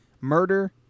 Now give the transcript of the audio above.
murder